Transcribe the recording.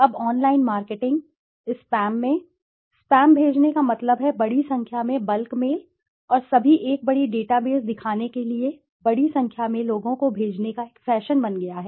अब online marketing online marketing spam में spam भेजने का मतलब है बड़ी संख्या में बल्क मेल और सभी एक बड़ी डेटाबेस दिखाने के लिए बड़ी संख्या में लोगों को भेजने का एक फैशन बन गया है